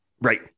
Right